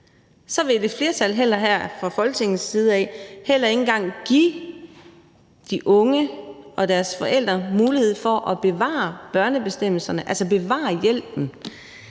vil et flertal her i Folketinget heller ikke engang give de unge og deres forældre mulighed for at bevare børnebestemmelserne, altså bevare hjælpen.